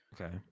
okay